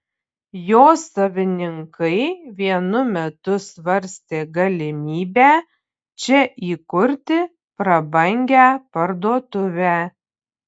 jo savininkai vienu metu svarstė galimybę čia įkurti prabangią parduotuvę